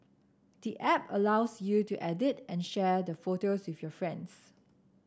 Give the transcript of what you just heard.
the app also allows you to edit and share the photos with your friends